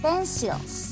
Pencils